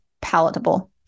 palatable